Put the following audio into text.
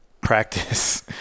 practice